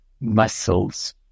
muscles